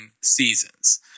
seasons